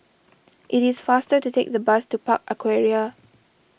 it is faster to take the bus to Park Aquaria